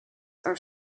are